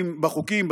בחוקים,